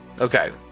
Okay